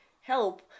help